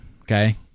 Okay